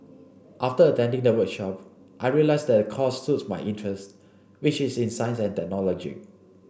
after attending the workshop I realised that the course suits my interest which is in science and technology